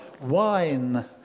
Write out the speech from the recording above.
wine